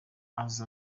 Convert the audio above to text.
azi